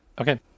Okay